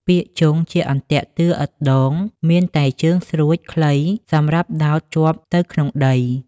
ពាក្យ ជង់ ជាអន្ទាក់តឿឥតដង មានតែជើងស្រួចខ្លីសម្រាប់ដោតជាប់ទៅក្នុងដី ។